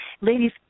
Ladies